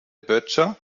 böttcher